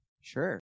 Sure